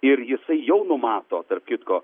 ir jisai jau numato tarp kitko